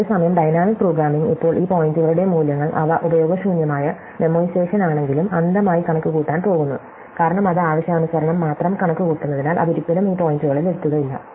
അതേസമയം dynamic programming ഇപ്പോൾ ഈ പോയിന്റുകളുടെ മൂല്യങ്ങൾ അവ ഉപയോഗശൂന്യമായ മേമ്മോയിസേഷേൻ ആണെങ്കിലും അന്ധമായി കണക്കുകൂട്ടാൻ പോകുന്നു കാരണം അത് ആവശ്യാനുസരണം മാത്രം കണക്കുകൂട്ടുന്നതിനാൽ അത് ഒരിക്കലും ഈ പോയിന്റുകളിൽ എത്തുകയില്ല